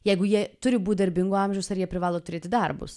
jeigu jie turi būt darbingo amžiaus ar jie privalo turėti darbus